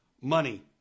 money